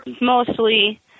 mostly